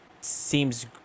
seems